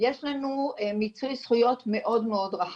יש לנו מיצוי זכויות מאוד מאוד רחב,